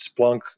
Splunk